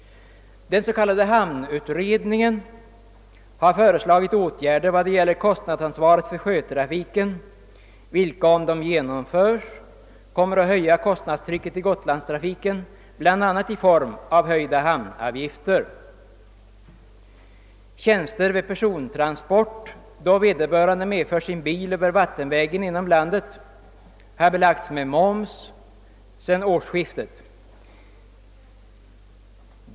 Den s.k. hamnutredningen har föreslagit åtgärder vad det gäller kostnadsansvaret för sjötrafiken vilka, om de vidtas, kommer att höja kosinadstrycket i Gotlandstrafiken bl.a. i form av höjda hamnavgifter. Tjänster vid persontransport då vederbörande medför sin bil över vattenvägen inom landet har belagts med moms sedan årsskiftet.